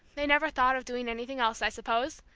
they never thought of doing anything else, i suppose!